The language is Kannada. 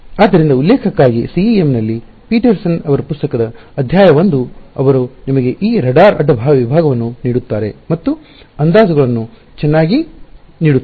ಆದ್ದರಿಂದ ಉಲ್ಲೇಖಕ್ಕಾಗಿ CEM ನಲ್ಲಿ ಪೀಟರ್ಸನ್ ಅವರ ಪುಸ್ತಕದ ಅಧ್ಯಾಯ 1 ಅವರು ನಿಮಗೆ ಈ ರಾಡಾರ್ ಅಡ್ಡ ವಿಭಾಗವನ್ನು ನೀಡುತ್ತಾರೆ ಮತ್ತು ಅಂದಾಜುಗಳನ್ನು ಚೆನ್ನಾಗಿ ನೀಡುತ್ತಾರೆ